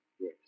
Yes